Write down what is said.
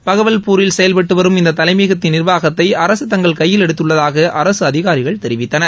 பகவல்பூரில் செயல்பட்டுவரும் இந்த தலைமையகத்தின் நிர்வாகத்தை அரசு தங்கள் கையில் எடுத்துள்ளதாக அரசு அதிகாரிகள் தெரிவித்தனர்